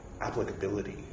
applicability